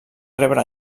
rebre